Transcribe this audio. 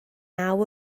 naw